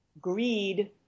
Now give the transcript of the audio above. greed